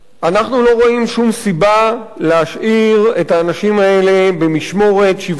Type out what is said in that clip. אנחנו לא רואים שום סיבה להשאיר את האנשים האלה במשמורת שבעה ימים